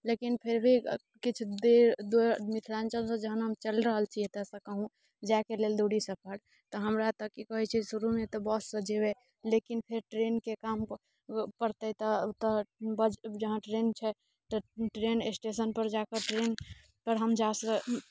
लेकिन फिर भी किछु दुर मिथिलाञ्चलसँ जहन हम चलि रहल छी एतऽसँ कहूँ जाएके लेल दूरी सफर तऽ हमरा तऽ की कहैत छी शुरूमे तऽ बससँ जयबै लेकिन फेर ट्रेनके काम पड़तै तऽ ओतऽ जहाँ ट्रेन छै तऽ ट्रेन स्टेशन पर जा कऽ ट्रेन पर हम जा